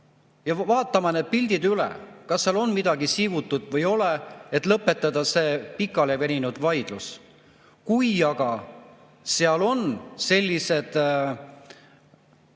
ja vaatama need pildid üle, kas seal on midagi siivutut või ei ole, et lõpetada see pikale veninud vaidlus. Kui aga seal on sellised